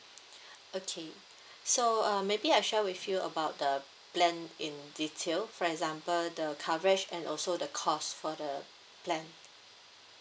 okay so uh maybe I share with you about the plan in detail for example the coverage and also the cost for the plan